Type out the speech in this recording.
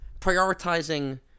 prioritizing